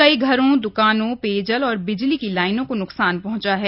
कई घरों द्कानों पेयजल और बिजली की लाइनों को न्कसान पहुंचा है